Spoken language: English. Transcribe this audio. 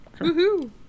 Woohoo